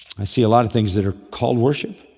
i see a lot of things that are called worship,